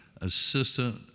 assistant